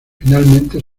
finalmente